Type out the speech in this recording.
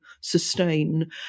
sustain